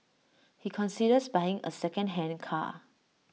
he considers buying A secondhand car